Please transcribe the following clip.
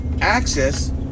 access